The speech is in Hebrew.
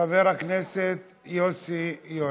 חבר הכנסת יוסי יונה.